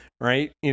right